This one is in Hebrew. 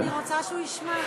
לא, אני רוצה שהוא ישמע.